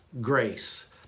grace